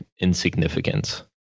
insignificance